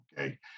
okay